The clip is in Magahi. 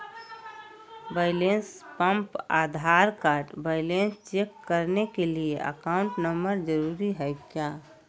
Balance pump Aadhaar card balance check करने के लिए अकाउंट नंबर जरूरी है क्या?